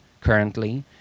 currently